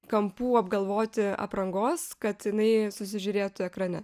kampų apgalvoti aprangos kad jinai susižiūrėtų ekrane